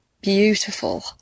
beautiful